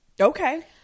Okay